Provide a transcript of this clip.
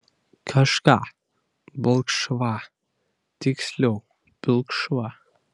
kažką balkšvą tiksliau pilkšvą